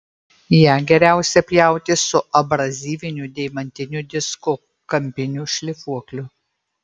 ją geriausia pjauti su abrazyviniu deimantiniu disku kampiniu šlifuokliu